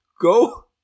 go